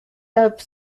have